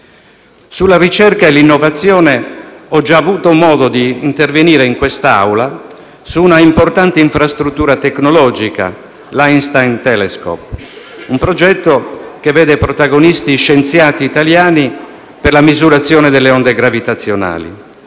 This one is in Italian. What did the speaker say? Sulla ricerca e innovazione ho già avuto modo di intervenire in questa Aula su una importante infrastruttura tecnologica, l'Einstein telescope, un progetto per la misurazione delle onde gravitazionali